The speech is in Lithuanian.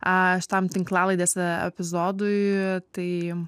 e šitam tinklalaidės epizodui tai